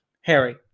Harry